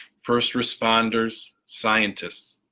first responders, scientists.